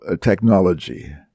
technology